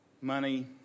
Money